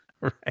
Right